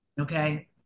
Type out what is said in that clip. okay